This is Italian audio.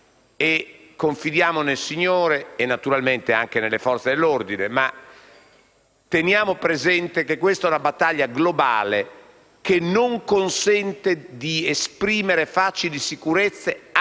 confidiamo nel Signore e naturalmente anche nelle Forze dell'ordine, ma teniamo presente che questa è una battaglia globale che non consente a nessuno di esprimere facili sicurezza.